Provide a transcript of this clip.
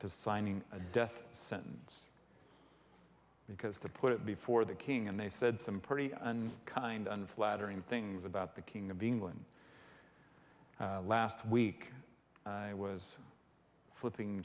to signing a death sentence because to put it before the king and they said some pretty kind unflattering things about the king of england last week i was flipping